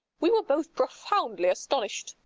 we were both profoundly astonished.